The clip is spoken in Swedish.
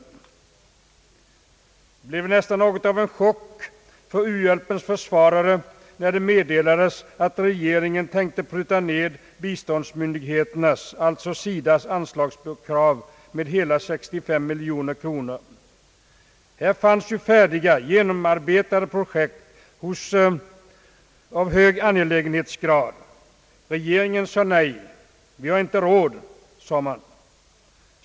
Det blev nästan något av en chock för u-hjälpens försvarare då meddelandet kom att regeringen tänkte pruta ned biståndsmyndigheternas, alltså SIDA :s, anslagskrav med hela 65 miljoner kronor. Här fanns ju färdiga, genomarbetade projekt av hög angelägenhetsgrad. Men regeringen sade nej — vi har inte råd.